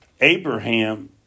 Abraham